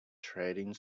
trading